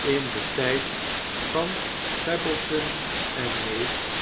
in den tyd van pebbleson en neef